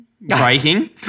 breaking